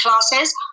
classes